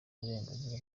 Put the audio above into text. uburenganzira